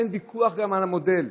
ואין ויכוח על המודל,